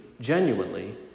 genuinely